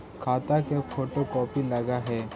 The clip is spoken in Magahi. खाता के फोटो कोपी लगहै?